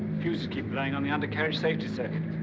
fuses keep blowing on the undercarriage safety circuit.